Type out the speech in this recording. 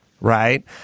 right